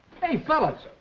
hey, fellas,